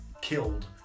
killed